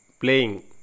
playing